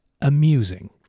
amusing